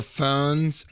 phones